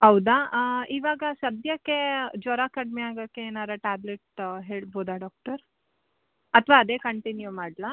ಹೌದಾ ಇವಾಗ ಸದ್ಯಕ್ಕೆ ಜ್ವರ ಕಡಿಮೆ ಆಗೋಕೆ ಏನಾರು ಟ್ಯಾಬ್ಲೆಟ್ ಹೇಳ್ಬೋದಾ ಡಾಕ್ಟರ್ ಅಥವಾ ಅದೇ ಕಂಟಿನ್ಯೂ ಮಾಡಲಾ